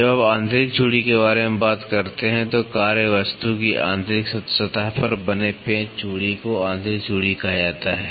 जब आप आंतरिक चूड़ी के बारे में बात करते हैं तो कार्यवस्तु की आंतरिक सतह पर बने पेंच चूड़ी को आंतरिक चूड़ी कहा जाता है